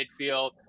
midfield